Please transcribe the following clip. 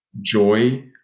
joy